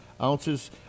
ounces